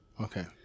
Okay